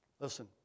Listen